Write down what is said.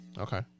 Okay